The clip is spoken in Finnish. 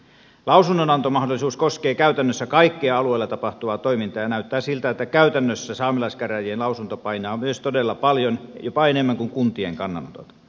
lausunnonantomahdollisuus koskee käytännössä kaikkea alueella tapahtuvaa toimintaa ja näyttää siltä että käytännössä saamelaiskäräjien lausunto painaa myös todella paljon jopa enemmän kuin kuntien kannanotot